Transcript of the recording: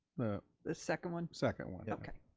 the the second one? second one. okay.